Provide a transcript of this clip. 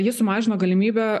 ji sumažino galimybę